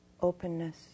openness